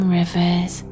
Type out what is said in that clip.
rivers